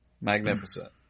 Magnificent